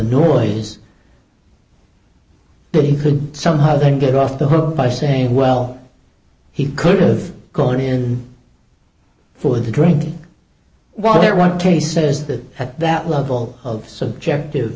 noise that he could somehow then get off the hook by saying well he could've gone in for the drink while there one case says that had that level of subjective